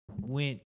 went